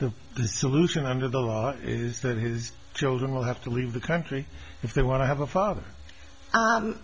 the solution under the law is that his children will have to leave the country if they want to have a father